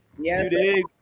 Yes